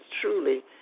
truly